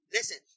Listen